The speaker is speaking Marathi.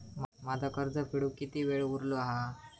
माझा कर्ज फेडुक किती वेळ उरलो हा?